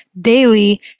daily